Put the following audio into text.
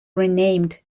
renamed